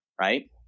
Right